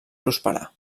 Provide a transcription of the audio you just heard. prosperar